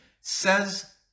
says